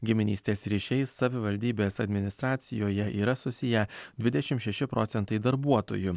giminystės ryšiai savivaldybės administracijoje yra susiję dvidešimt šeši procentai darbuotojų